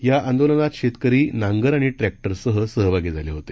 या आंदोलनात शेतकरी नांगर आणि ट्रॅक्टरसह सहभागी झाले होते